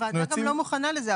הוועדה גם לא מוכנה לזה.